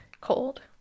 Cold